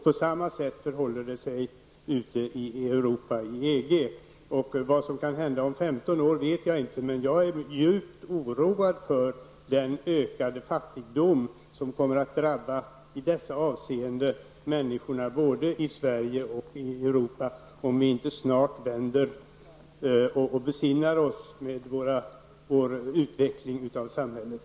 På samma sätt förhåller det sig ute i Europa, i EG. Vad som kan hända om 15 år vet jag inte, men jag är djupt oroad för den ökade fattigdom i dessa avseenden som kommer att drabba människorna både i Sverige och i Europa, om vi inte snart vänder och besinnar oss när det gäller utvecklingen i samhället.